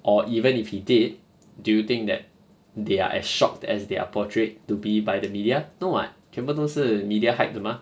or even if he did do you think that they are as shocked as they are portrayed to be by the media no [what] 全部都是 media hype 的吗